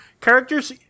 Characters